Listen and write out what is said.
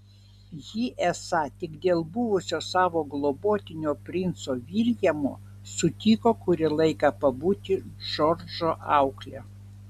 ji esą tik dėl buvusio savo globotinio princo viljamo sutiko kurį laiką pabūti džordžo aukle